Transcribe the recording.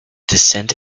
descent